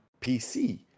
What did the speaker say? PC